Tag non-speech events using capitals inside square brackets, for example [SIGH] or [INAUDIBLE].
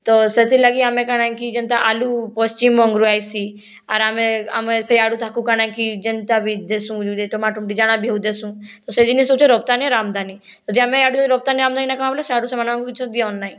ତ ସେଥିଲାଗି ଆମେ କାଣାକି ଯେନ୍ତା ଆଲୁ ପଶ୍ଚିମବଙ୍ଗରୁ ଆଇସି ଆରାମରେ ଆମେ ସେ ଆଲୁ ତାକୁ କାଣାକି ଯେନ୍ତା ବି ଦେସୁଁ [UNINTELLIGIBLE] ଟମାଟକି ସେ ଜାଣାବି ହେଉ ଦେସୁଁ ତ ଜିନିଷ ହେଉଛି ରପ୍ତାନି ଆମଦାନୀ ଯଦି ଆମେ ଆଡ଼ୁ ରପ୍ତାନି ଆମଦାନୀ ନାଇଁ [UNINTELLIGIBLE] ବୋଲେ ସିଏଆଡୁ ସେମାନେ କିଛି ଦିଅନ୍ ନାଇଁ